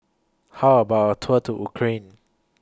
How about A Tour to Ukraine